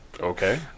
Okay